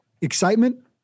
Excitement